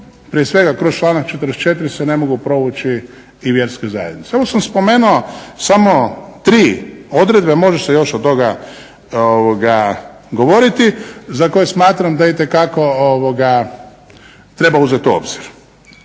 prije svega kroz članak 44. se ne mogu provući i vjerske zajednice. Ovo sam spomenuo samo tri odredbe, a može se još o tome govoriti, za koje smatram da itekako treba uzet u obzir.